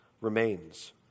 remains